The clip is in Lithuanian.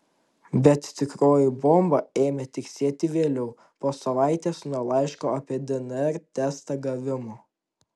bet tikroji bomba ėmė tiksėti vėliau po savaitės nuo laiško apie dnr testą gavimo